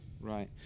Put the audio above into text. right